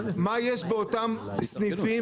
מה יש באותם סניפים,